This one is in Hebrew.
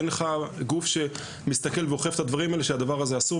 אין לך גוף שמסתכל ואוכף את הדברים האלה שהדבר הזה אסור,